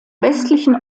westlichen